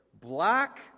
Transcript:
black